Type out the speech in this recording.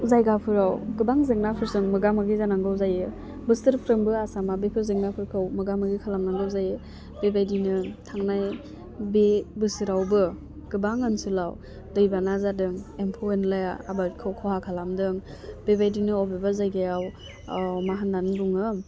जायगाफोराव गोबां जेंनाफोरजों मोगा मोगि जानांगौ जायो बोसोरफ्रोमबो आसामा बेफोर जेंनाफोरखौ मोगा मोगि खालामनांगौ जायो बेबायदिनो थांनाय बे बोसोरावबो गोबां ओनसोलाव दैबाना जादों एम्फौ एनलाया आबादखौ खहा खालामदों बेबायदिनो बबेबा जायगायाव मा होननानै बुङो